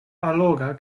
alloga